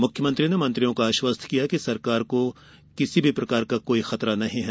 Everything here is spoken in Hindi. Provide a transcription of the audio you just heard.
मुख्यमंत्री ने मंत्रियों को आश्वस्त किया कि सरकार को किसी प्रकार का कोई खतरा नहीं है